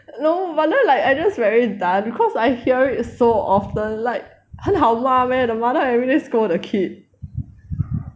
no but that [one] I just like very done because I hear it so often like 很好 meh the mother everyday scold the kid